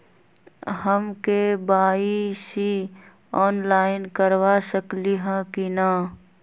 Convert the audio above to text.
हम KYC online करवा सकली ह कि न?